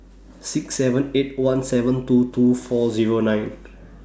six seven eight one seven two two four Zero nine